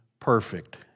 perfect